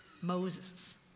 Moses